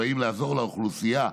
הם באים לעזור לאוכלוסייה.